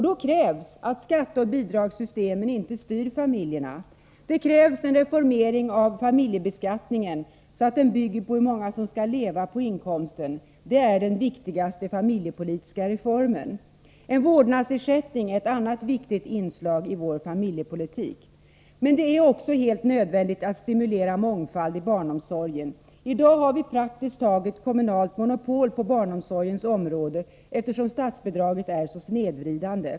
Då krävs att skatteoch bidragssystemen inte styr familjerna. Det krävs en reformering av familjebeskattningen, så att den bygger på hur många som skall leva på inkomsten. Det är den viktigaste familjepolitiska reformen. En vårdnadsersättning är ett annat viktigt inslag i vår familjepolitik. Men det är också helt nödvändigt att stimulera mångfald i barnomsorgen. I dag har vi, praktiskt taget, kommunalt monopol på barnomsorgens område, eftersom statsbidraget är så snedvridande.